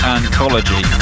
Anthology